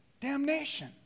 Damnation